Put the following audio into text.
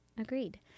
Agreed